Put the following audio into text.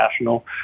National